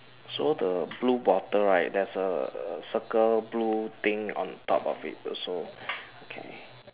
so the blue bottle right there's a circle blue thing on top of it also okay